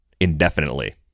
indefinitely